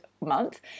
month